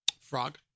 Frog